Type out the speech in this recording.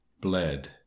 Bled